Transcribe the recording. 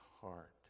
heart